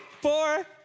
four